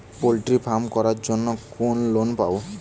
Poultry farm করার জন্য কোন লোন পাব?